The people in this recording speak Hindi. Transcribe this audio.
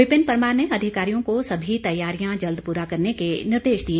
विपिन परमार ने अधिकारियों को सभी तैयारियां जल्द पूरा करने के निर्देश दिए